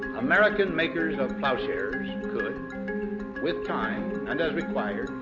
american makers of plowshares could with time and was required,